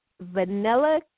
vanilla